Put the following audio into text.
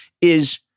is-